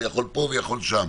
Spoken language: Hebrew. ויכול פה ויכול שם.